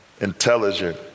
intelligent